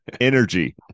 energy